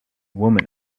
woman